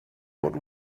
what